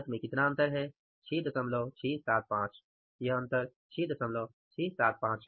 लागत में कितना अंतर है 6675 6675